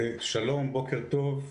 שלום ובוקר טוב.